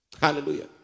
Hallelujah